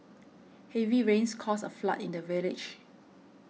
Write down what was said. heavy rains caused a flood in the village